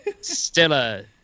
Stella